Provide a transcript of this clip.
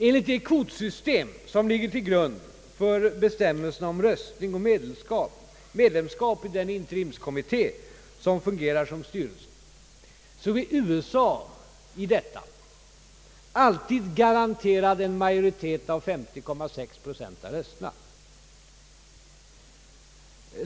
Enligt det kvotsystem som ligger till grund för gällande bestämmelser om röstning och medlemskap i den interimskommitté som fungerar såsom styrelse är USA alltid garanterad en majoritet av 50,6 procent av rösterna.